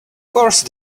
course